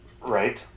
Right